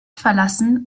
verlassen